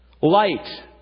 Light